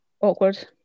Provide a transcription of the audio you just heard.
Awkward